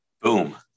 Boom